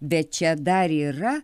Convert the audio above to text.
bet čia dar yra